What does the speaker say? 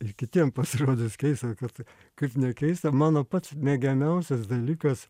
ir kitiem pasirodys keista kad kaip nekeista mano pats mėgiamiausias dalykas